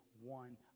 one